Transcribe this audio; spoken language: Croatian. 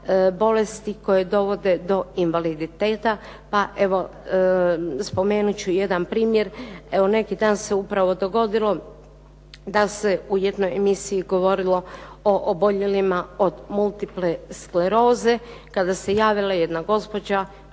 bolesti koje dovode do invaliditeta pa evo spomenut ću jedan primjer. Evo neki dan se upravo dogodilo da se u jednoj emisiji govorilo o oboljelima od multiple skleroze kada se javila jedna gospođa